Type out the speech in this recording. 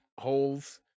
holes